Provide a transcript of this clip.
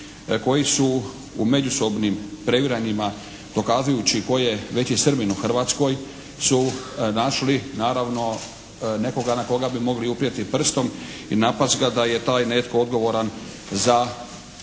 koji su u međusobnim previranjima dokazujući tko je veći Srbin u Hrvatskoj su našli naravno nekoga na koga bi mogli uprijeti prstom i napasti ga da je taj netko odgovoran za pritisak